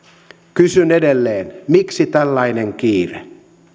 kysyn edelleen miksi tällainen kiire